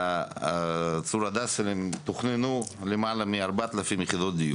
תוכננו בצור הדסה למעלה מ-4,000 יחידות דיור.